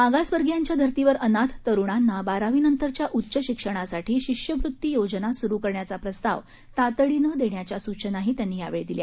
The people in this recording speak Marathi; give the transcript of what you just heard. मागासवर्गीयांच्या धर्तीवर अनाथ तरुणांना बारावी नंतरच्या उच्च शिक्षणासाठी शिष्यवृत्ती योजना सुरू करण्याचा प्रस्ताव तातडीनं देण्याच्या सूचनाही त्यांनी यावेळी दिल्या